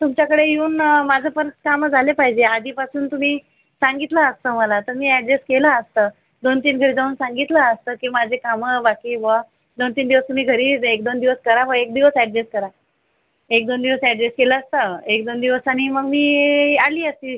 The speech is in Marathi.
तुमच्याकडे येऊन माझं पण कामं झाले पाहिजे आधीपासून तुम्ही सांगितलं असतं मला तर मी ॲडजेस्ट केलं असतं दोन तीन दिवसाहून सांगितलं असतं की माझे कामं बाकी आहे बुवा दोन तीन दिवस तुम्ही घरी एकदोन दिवस करा बुवा एक दिवस ॲडजेस्ट करा एक दोन दिवस ॲडजेस्ट केलं असतं एक दोन दिवसानी मग मी आली असती